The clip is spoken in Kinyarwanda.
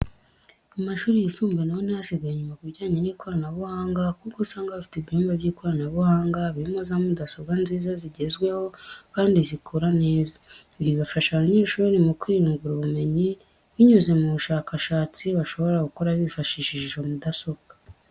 Mu mashuri yisumbuye na ho ntihasigaye inyuma ku bijyanye n'ikoranabuhanga kuko usanga bafite ibyumba by'ikoranabuhanga birimo za mudasobwa nziza zigezweho kandi zikora neza. Ibi bifasha abanyeshuri mu kwiyungura ubumenyi binyuze mu bushakashatsi, bashobora gukora bifashishije izo mudasobwa.